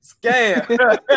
scam